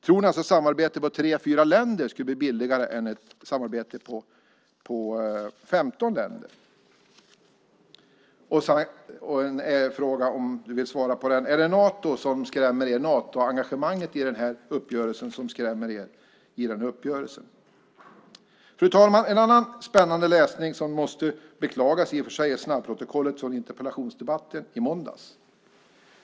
Tror ni att ett samarbete med tre fyra länder skulle bli billigare än ett samarbete med 15 länder? 5. Är det Natoengagemanget i den här uppgörelsen som skrämmer er? Fru talman! En annan spännande läsning, som i och för sig måste beklagas, är snabbprotokollet från interpellationsdebatten i måndags.